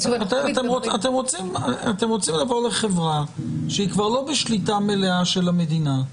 אתם רוצים לבוא לחברה שהיא כבר לא בשליטה של המדינה.